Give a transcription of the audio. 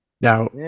Now